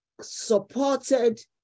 supported